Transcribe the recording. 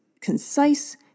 concise